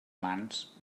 mans